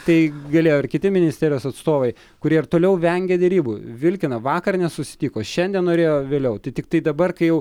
tai galėjo ir kiti ministerijos atstovai kurie ir toliau vengia derybų vilkina vakar nesusitiko šiandien norėjo vėliau tai tiktai dabar kai jau